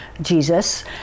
jesus